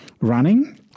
running